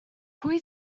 pwy